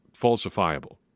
falsifiable